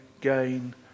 gain